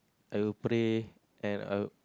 I would pray and I would